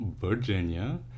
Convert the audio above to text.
Virginia